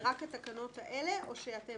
זה רק התקנות האלה או שאתם